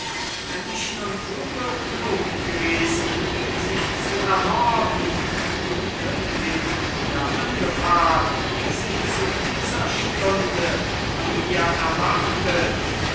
wenn ich nun bub g'nug gewesen sie zu ermorden wie die königin mir anbefahl wie sie zu dieser stunde vor mir erwartet